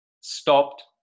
stopped